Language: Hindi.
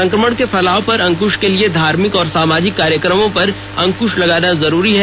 संक्रमण के फैलाव पर अंकुश के लिए धार्मिक और सामाजिक कार्यक्रमों पर अंक्श लगाना जरूरी है